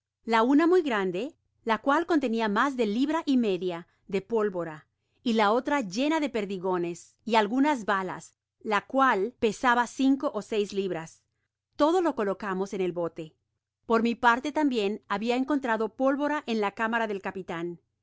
la una muy grande la cual contenia mas de libra y media de pólvora y la otra llena de perdigones y algunas balas la cual pesaba cinco ó seis libras todo lo colocamos en el bote por mi parte tambien habia encontrado pólvora en la cámara del capitan